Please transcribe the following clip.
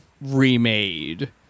Remade